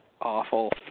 Awful